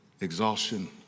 exhaustion